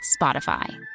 Spotify